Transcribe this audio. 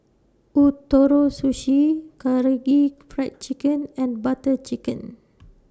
Ootoro Sushi Karaage Fried Chicken and Butter Chicken